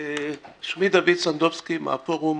שמי דוד סנדובסקי מהפורום